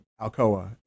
Alcoa